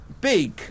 big